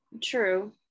True